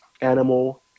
animal